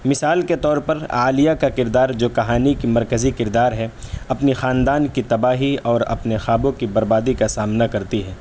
مثال کے طور پر عالیہ کا کردار جو کہانی کی مرکزی کردار ہے اپنی خاندان کی تباہی اور اپنے خوابوں کی بربادی کا سامنا کرتی ہے